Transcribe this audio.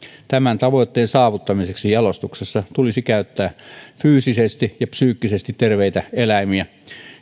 tämän tavoitteen saavuttamiseksi jalostuksessa tulisi käyttää fyysisesti ja psyykkisesti terveitä eläimiä